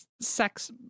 sex